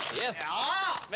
yeah wow!